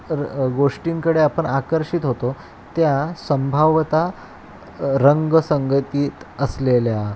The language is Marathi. र गोष्टींकडे आपण आकर्षित होतो त्या संभवतः रंग संगतीत असलेल्या